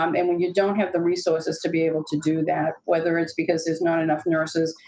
um and when you don't have the resources to be able to do that, whether it's because there's not enough nurses,